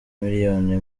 miliyoni